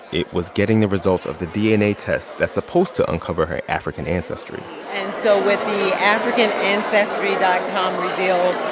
it was getting the results of the dna test that's supposed to uncover her african ancestry and so with the africanancestry dot com reveal,